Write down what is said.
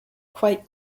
quite